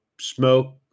smoke